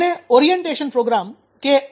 તેને orientation program ઓ